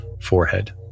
forehead